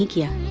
you